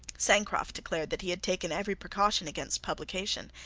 sancroft declared that he had taken every precaution against publication,